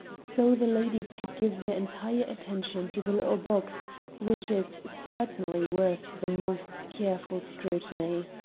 so the ladies could give their entire attention to the little box which is certainly worth the most careful scrutiny.